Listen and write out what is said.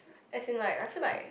is it nice I feel like